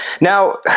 Now